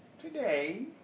today